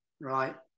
right